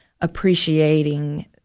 appreciating